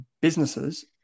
businesses